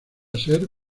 ser